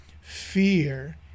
fear